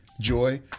Joy